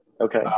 Okay